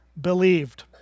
believed